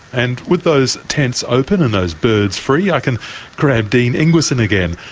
and with those tents open and those birds free, i can grab dean ingwersen again.